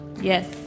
Yes